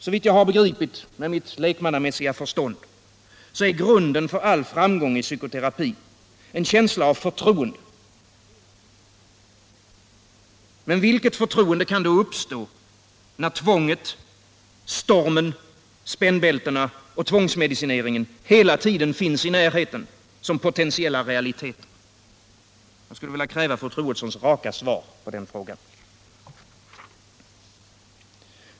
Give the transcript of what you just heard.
Såvitt jag har begripit med mitt lekmannamässiga förstånd är grunden för all framgång i psykoterapi en känsla av förtroende — men vilket förtroende kan då uppstå, när tvånget, ”stormen”, spännbältena och tvångsmedicineringen hela tiden finns i närheten som potentiella realiteter? Jag skulle vilja kräva fru Troedssons raka svar på den frågan.